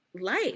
life